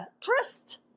trust